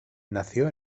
nació